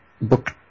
book